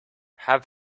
have